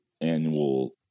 annual